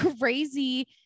crazy